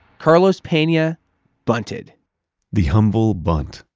carlos pena bunted the humble bunt.